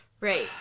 Right